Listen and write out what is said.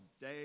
day